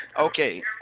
Okay